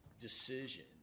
decision